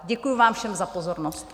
Děkuji vám všem za pozornost.